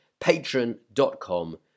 patreon.com